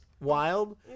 Wild